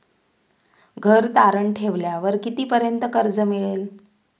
घर तारण ठेवल्यावर कितीपर्यंत कर्ज मिळेल?